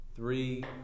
Three